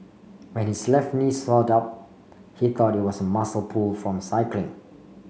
when his left knee swelled up he thought it was a muscle pull from cycling